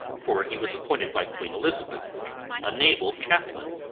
for he was appointed by queen elizabeth a naval chaplain,